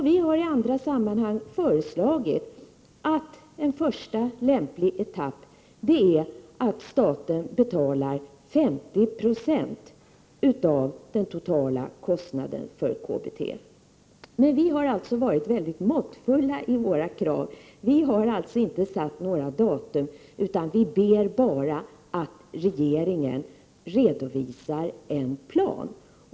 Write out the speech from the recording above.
Vi har i andra sammanhang föreslagit att en första lämplig etapp är att staten betalar 50 20 av den totala kostnaden för KBT. Vi har alltså varit mycket måttfulla i våra krav. Vi har inte satt några datum, utan vi ber bara att regeringen redovisar en plan.